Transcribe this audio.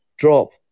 drop